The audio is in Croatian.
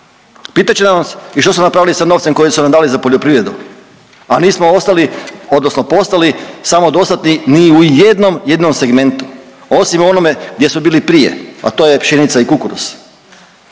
pitat će nas i što smo napravili sa novcem koji su nam dali za poljoprivredu, a nismo ostavili odnosno postali samodostatni ni u jednom jedinom segmentu, osim onome gdje smo bili prije, a to je pšenica i kukuruz.